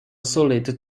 solid